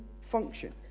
function